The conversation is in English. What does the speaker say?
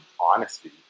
honesty